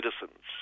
citizens